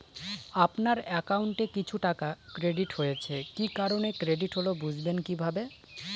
আপনার অ্যাকাউন্ট এ কিছু টাকা ক্রেডিট হয়েছে কি কারণে ক্রেডিট হল বুঝবেন কিভাবে?